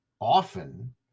often